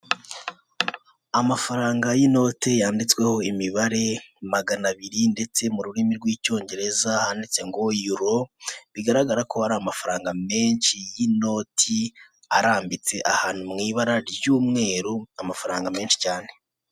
Amafaranga y'inote yanditsweho imibare magana abiri ndetse mu rurimi rw'icyongereza handitse ngo yuro bigaragara ko hari amafaranga menshi y'inoti arambitse ahantu mu ibara ry'umweru amafaranga menshi cyane.